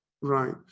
Right